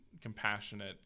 compassionate